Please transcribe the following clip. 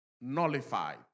nullified